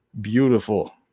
beautiful